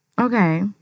Okay